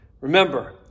Remember